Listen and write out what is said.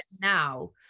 now